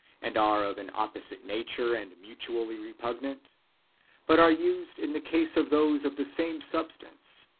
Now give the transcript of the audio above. and are of an opposite nature, and mutually re pugnant but are used in the case of those of the same sub stance,